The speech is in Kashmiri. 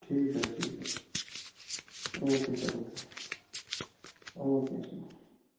ٹھیٖک حظ ٹھیٖک حظ okay sir okay okay سَر